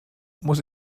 muss